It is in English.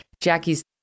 Jackie's